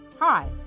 Hi